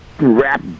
Rap